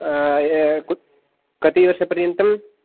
कति वर्ष पर्यन्तं